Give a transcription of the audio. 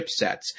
chipsets